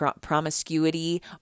Promiscuity